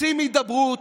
רוצים הידברות?